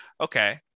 Okay